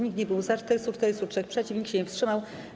Nikt nie był za, 443 - przeciw, nikt się nie wstrzymał.